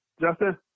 Justin